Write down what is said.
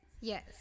yes